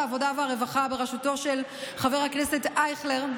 ועדת העבודה והרווחה בראשותו של חבר הכנסת אייכלר,